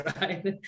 right